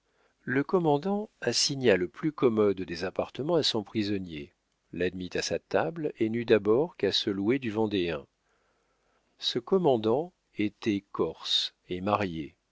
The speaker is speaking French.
le commandant assigna le plus commode des appartements à son prisonnier l'admit à sa table et n'eut d'abord qu'à se louer du vendéen ce commandant était corse et marié